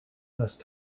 those